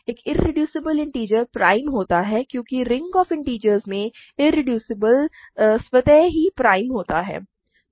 एक irreducible integer prime होता है क्योंकि रिंग ऑफ़ इंटिजर्स में' इरेड्यूसिबल स्वतः ही प्राइम होता है